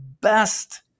best